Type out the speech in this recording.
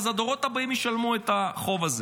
אז הדורות הבאים ישלמו את החוב הזה.